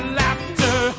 laughter